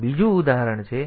તેથી આ બીજું ઉદાહરણ છે